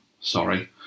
Sorry